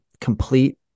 complete